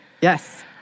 Yes